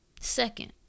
Second